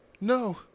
no